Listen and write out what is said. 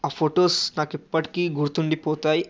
ఆ ఫొటోస్ నాకు ఎప్పటికీ గుర్తుండిపోతాయి